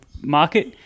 market